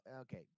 okay